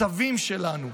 הסבים שלנו,